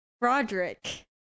Roderick